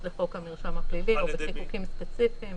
לחוק המרשם הפלילי --- חיקוקים ספציפיים.